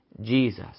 Jesus